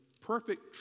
perfect